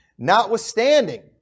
Notwithstanding